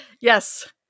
Yes